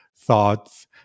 thoughts